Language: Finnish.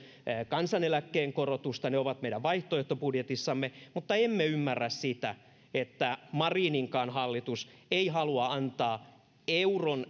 kansaneläkkeen korotusta ne ovat meidän vaihtoehtobudjetissamme mutta emme ymmärrä sitä että marininkaan hallitus ei halua antaa euron